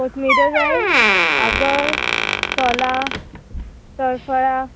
कोथमिऱ्यो जाय आगळ सोलां तळफळां